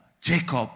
Jacob